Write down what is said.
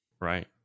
right